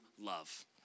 love